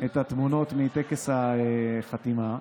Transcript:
את התמונות מטקס החתימה.